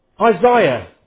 Isaiah